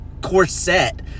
corset